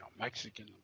mexican